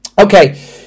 Okay